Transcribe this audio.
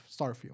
Starfield